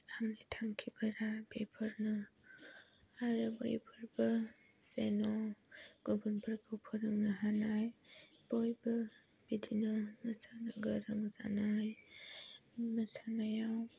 आंनि थांखिफोरा बेफोरनो आरो बैफोरबो जेन' गुबुनफोरखौ फोरोंनो हानाय बयबो बिदिनो मोसानो गोरों जानाय मोसानायाव